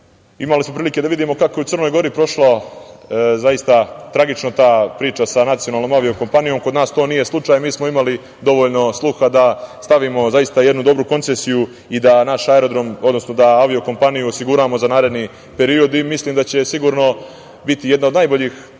Imali smo prilike da vidimo kako je u Crnoj Gori prošla tragično ta priča sa nacionalnom avio-kompanijom. Kod nas to nije slučaj. Mi smo imali dovoljno sluha da stavimo jednu dobru koncesiju i da naš aerodrom, odnosno avio-kompaniju osiguramo za naredni period. Mislim da će sigurno biti jedna od najboljih